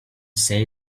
say